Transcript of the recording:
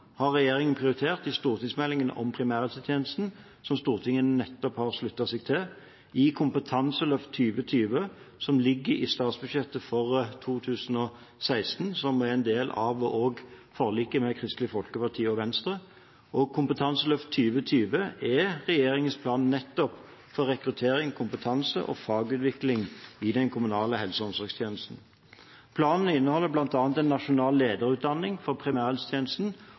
har regjeringen prioritert i stortingsmeldingen om primærhelsetjenesten som Stortinget nettopp har sluttet seg til, i kompetanseløft 2020 som ligger i statsbudsjettet for 2016, som er en del av forliket med Kristelig Folkeparti og Venstre. Kompetanseløft 2020 er regjeringens plan for rekruttering, kompetanse og fagutvikling i den kommunale helse- og omsorgstjenesten. Planen inneholder bl.a. en nasjonal lederutdanning for primærhelsetjenesten